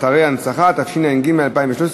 בעד, אין מתנגדים ואין נמנעים.